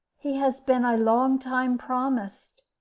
he has been a long time promised.